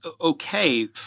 okay